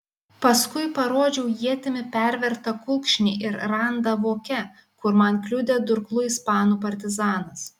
paskui parodžiau ietimi pervertą kulkšnį ir randą voke kur man kliudė durklu ispanų partizanas